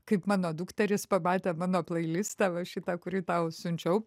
kaip mano dukterys pamatę mano pleilistą va šitą kurį tau siunčiau